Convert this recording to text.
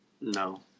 No